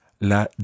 la